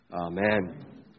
Amen